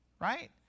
right